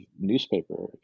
newspaper